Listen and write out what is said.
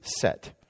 set